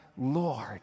Lord